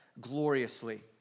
gloriously